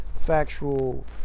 factual